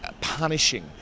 punishing